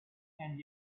and